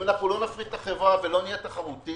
לא נפריט את החברה ולא נהיה תחרותיים,